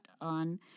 on